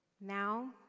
Now